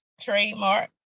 trademark